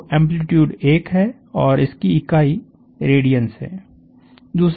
तो एम्प्लीट्यूड 1 है और इसकी इकाई रेडियंस हैं